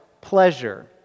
pleasure